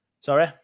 Sorry